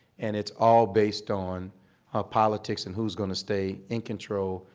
and it's all based on politics and who's going to stay in control,